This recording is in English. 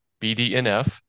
BDNF